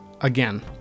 again